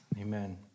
Amen